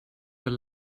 were